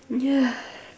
yeah